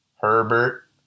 Herbert